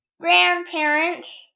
grandparents